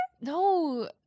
No